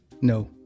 No